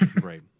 Right